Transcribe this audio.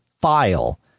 file